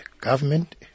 government